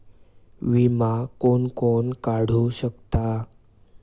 विमा कोण कोण काढू शकता?